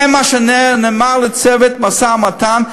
זה מה שנאמר לצוות המשא-ומתן,